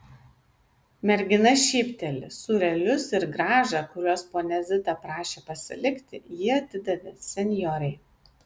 mergina šypteli sūrelius ir grąžą kuriuos ponia zita prašė pasilikti ji atidavė senjorei